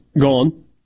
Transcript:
gone